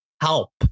help